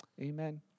Amen